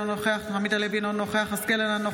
אינו נוכח אביחי אברהם בוארון,